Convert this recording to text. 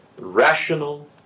rational